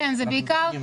בעיקר,